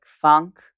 funk